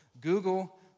Google